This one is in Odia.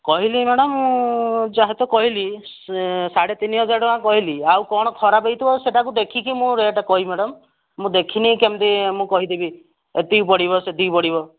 କହିଲେ ମ୍ୟାଡ଼ାମ୍ ଯାହା ତ କହିଲି ସାଢ଼େ ତିନି ହଜାର ଟଙ୍କା କହିଲି ଆଉ କଣ ଖରାପ ହେଇଥିବ ସେଇଟାକୁ ଦେଖିକି ମୁଁ ରେଟ୍ କହିବି ମ୍ୟାଡ଼ାମ୍ ମୁଁ ଦେଖିନି କେମିତି ମୁଁ କହିଦେବି ଏତିକି ପଡ଼ିବ ସେତିକି ପଡ଼ିବ